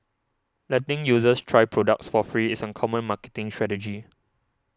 letting users try products for free is a common marketing strategy